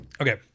okay